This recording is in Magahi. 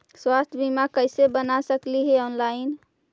स्वास्थ्य बीमा कैसे बना सकली हे ऑनलाइन?